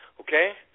okay